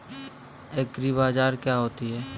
एग्रीबाजार क्या होता है?